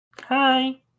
Hi